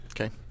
Okay